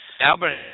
Albert